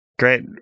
Great